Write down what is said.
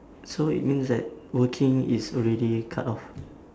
so it means that working is already cut off